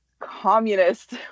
communist